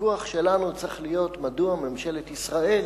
הוויכוח שלנו צריך להיות: מדוע ממשלת ישראל